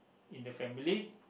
in the family